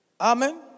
Amen